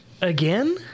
again